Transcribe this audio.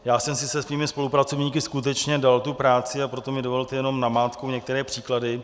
Já jsem si se svými spolupracovníky skutečně dal tu práci, a proto mi dovolte jenom namátkou některé příklady: